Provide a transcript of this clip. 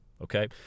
Okay